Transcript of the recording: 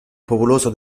popoloso